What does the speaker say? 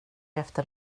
efter